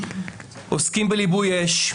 עוסקים בליבוי אש,